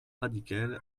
radical